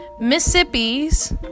Mississippi's